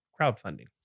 crowdfunding